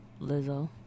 Lizzo